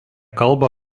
kalba